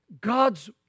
God's